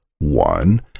One